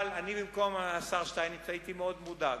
אבל אני במקום השר שטייניץ הייתי מאוד מודאג.